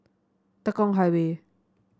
Tekong Highway